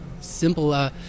simple